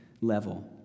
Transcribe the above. level